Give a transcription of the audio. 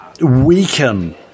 weaken